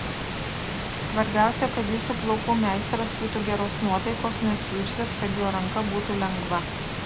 svarbiausia kad jūsų plaukų meistras būtų geros nuotaikos nesuirzęs kad jo ranka būtų lengva